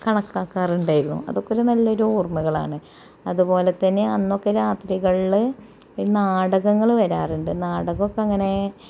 കണക്കാക്കാറുണ്ടായിരുന്നു അതൊക്കെ നല്ലൊരു ഓർമ്മകളാണ് അത് പോലെ തന്നെ അന്നൊക്കെ രാത്രികളിൽ നാടകങ്ങൾ വരാറുണ്ട് നാടകമൊക്കെ അങ്ങനെ